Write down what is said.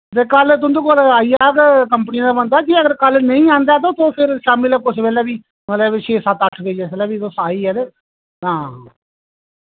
ते कल तुं'दे कोल आई जाग कंपनी दा बंदा जे अगर कल नेईं आंदा ऐ ते तुस शाम्मी लै कुसे बेल्लै बी मतलब छे सत्त अट्ठ बजे जिस्लै बी तुस आइयै ते हां